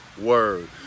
word